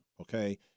Okay